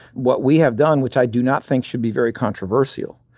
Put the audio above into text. what we have done, which i do not think should be very controversial,